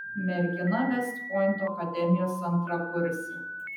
mergina vest pointo akademijos antrakursė